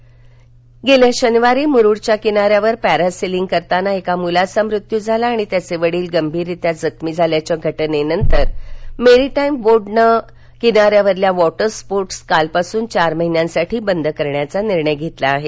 रायगड् गेल्या शनिवारी मुरूडच्या किनाऱ्यावर पॅरासेलिंग करताना एका मुलाचा मृत्यू झाला आणि त्याचे वडिल गंभीर जखमी झाल्याच्या घटनेनंतर मेरिटाईम बोर्डाने किनाऱ्यावरील वॉटर स्पोर्ट कालपासून चार महिन्यांसाठी बंद करण्याचा निर्णय घेतला आहे